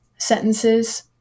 sentences